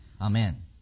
amen